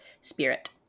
spirit